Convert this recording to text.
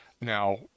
Now